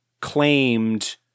claimed